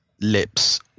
lips